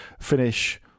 finish